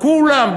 כולם,